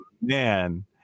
man